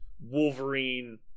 Wolverine